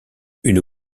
une